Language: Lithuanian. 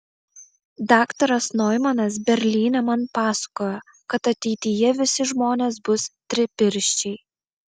daktaras noimanas berlyne man pasakojo kad ateityje visi žmonės bus tripirščiai